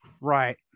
Right